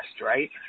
right